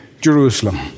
Jerusalem